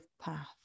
path